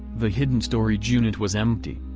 the hidden storage unit was empty.